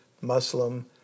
Muslim